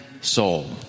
soul